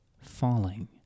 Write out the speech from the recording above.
falling